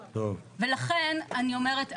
ולכן אני אומרת,